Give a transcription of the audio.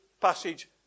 passage